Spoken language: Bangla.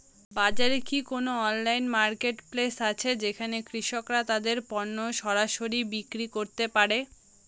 বাজারে কি কোন অনলাইন মার্কেটপ্লেস আছে যেখানে কৃষকরা তাদের পণ্য সরাসরি বিক্রি করতে পারে?